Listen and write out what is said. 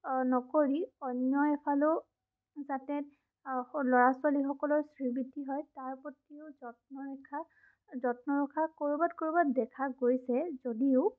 নকৰি অন্য এফালেও যাতে ল'ৰা ছোৱালীসকলৰ শ্ৰীবৃদ্ধি হয় তাৰ প্ৰতিও যত্ন ৰখা যত্ন ৰখা ক'ৰবাত ক'ৰবাত দেখা গৈছে যদিও